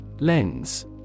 Lens